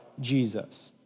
Jesus